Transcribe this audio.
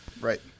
Right